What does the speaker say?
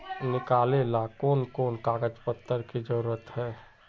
निकाले ला कोन कोन कागज पत्र की जरूरत है?